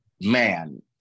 Man